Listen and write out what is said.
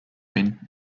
been